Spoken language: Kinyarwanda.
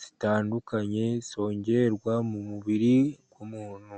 zitandukanye zongerwa mu mubiri w'umuntu.